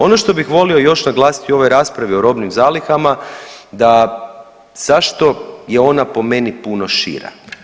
Ono što bih volio još naglasiti u ovoj raspravi o robnim zalihama, da zašto je ona po meni puno šira.